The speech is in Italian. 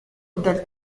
del